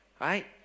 Right